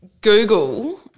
Google